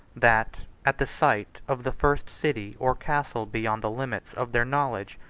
that, at the sight of the first city or castle beyond the limits of their knowledge,